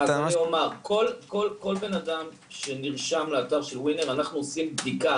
כל בנאדם שנרשם לאתר של ווינר אנחנו עושים בדיקה,